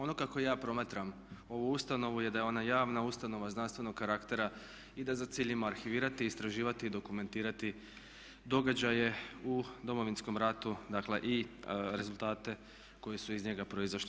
Ono kako ja promatram ovu ustanovu je da je ona javna ustanova znanstvenog karaktera i da za cilj ima arhivirati, istraživati i dokumentirati događaje u Domovinskom ratu, dakle i rezultate koji su iz njega proizašli.